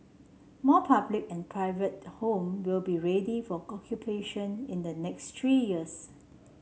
more public and private home will be ready for occupation in the next three years